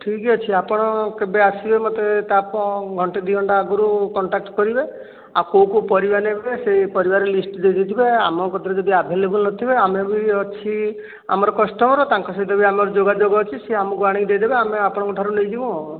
ଠିକ୍ଅଛି ଆପଣ କେବେ ଆସିବେ ମୋତେ ତା ପ ଘଣ୍ଟେ ଦୁଇଘଣ୍ଟା ଆଗରୁ କଣ୍ଟାକ୍ଟ କରିବେ ଆଉ କେଉଁ କେଉଁ ପରିବା ନେବେ ସେ ପରିବାରର ଲିଷ୍ଟ ଦେଇଦେଇଥିବେ ଆମ ପାଖରେ ଯଦି ଆଭେଲେବେଲ ନଥିବ ଆମେ ବି ଅଛି ଆମର କଷ୍ଟମର ତାଙ୍କର ସହିତ ବି ଆମର ଯୋଗାଯୋଗ ଅଛି ସିଏ ଆମକୁ ଆଣିକି ଦେଇଦେବେ ଆମେ ଆପଣଙ୍କଠାରୁ ନେଇଯିବୁ ଆଉ